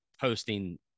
posting